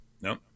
No